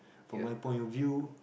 from my point of view